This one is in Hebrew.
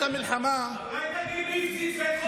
מתחילת המלחמה אולי תגיד מי הפציץ בית חולים,